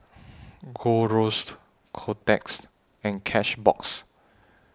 Gold Roast Kotex and Cashbox